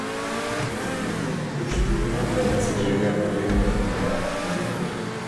prezidentė už tyrimo dėl cžv kalėjimų lietuvoje atnaujinimą